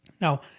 Now